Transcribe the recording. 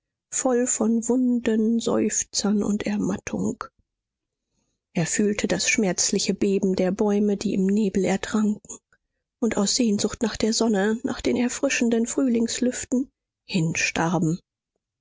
voll von wunden seufzern und ermattung er fühlte das schmerzliche beben der bäume die im nebel ertranken und aus sehnsucht nach der sonne nach den erfrischenden frühlingslüften hinstarben